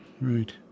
Right